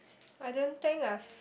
I don't think I've